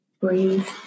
Breathe